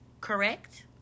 correct